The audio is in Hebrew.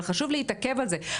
אבל חשוב להתעכב על זה,